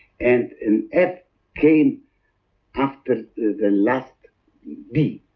and an f came after the last b.